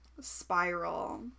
Spiral